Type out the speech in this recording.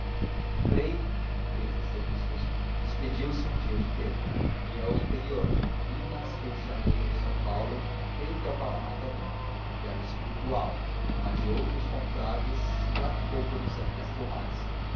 infinita frei despediu-se um dia de pedro ia ao interior minas rio de janeiro são paulo creio que ao paraná também viagem espiritual como a de outros confrades e lá ficou por um semestre ou mais